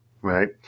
right